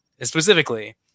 specifically